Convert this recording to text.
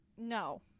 No